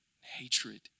hatred